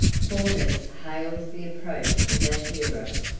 faunus hails the approach of that hero,